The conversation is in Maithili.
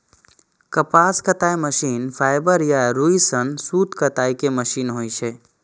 कपास कताइ मशीन फाइबर या रुइ सं सूत कताइ के मशीन होइ छै